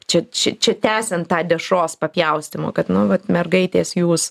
čia čia čia tęsiant tą dešros papjaustymą kad nu vat mergaitės jūs